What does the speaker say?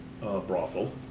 brothel